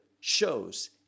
shows